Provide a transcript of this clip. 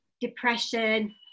depression